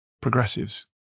progressives